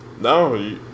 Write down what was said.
No